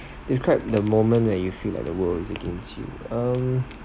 describe the moment that you feel like the world is against you um